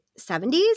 70s